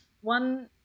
one